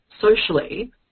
socially